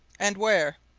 and where?